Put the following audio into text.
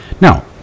Now